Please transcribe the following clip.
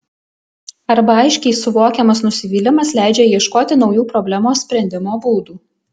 arba aiškiai suvokiamas nusivylimas leidžia ieškoti naujų problemos sprendimo būdų